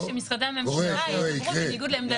שמשרדי הממשלה ידברו בניגוד לעמדת הממשלה.